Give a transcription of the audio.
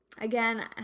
Again